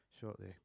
shortly